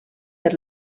per